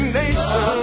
nation